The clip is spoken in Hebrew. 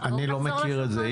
אני לא מכיר את זה.